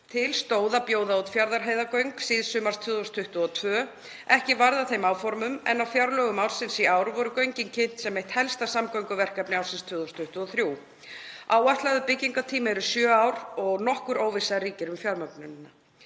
Til stóð að bjóða út Fjarðarheiðargöng síðsumars 2022. Ekki varð af þeim áformum en á fjárlögum ársins í ár voru göngin kynnt sem eitt helsta samgönguverkefni ársins 2023. Áætlaður byggingartími er sjö ár og nokkur óvissa ríkir um fjármögnunina.